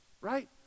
Right